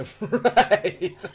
Right